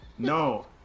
No